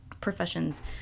professions